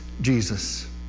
Jesus